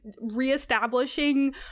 re-establishing